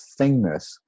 thingness